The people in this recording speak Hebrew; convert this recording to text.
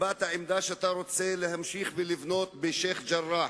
הבעת עמדה שאתה רוצה להמשיך ולבנות בשיח'-ג'ראח.